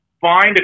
find